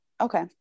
Okay